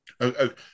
Okay